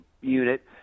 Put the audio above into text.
unit